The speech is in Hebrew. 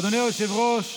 אדוני היושב-ראש,